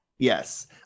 Yes